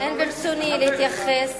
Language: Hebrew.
אין ברצוני להתייחס